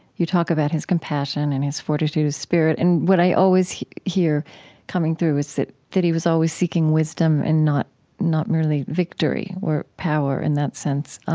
you talk about his compassion and his fortitude of spirit, and what i always hear coming through is that that he was always seeking wisdom and not not merely victory or power in that sense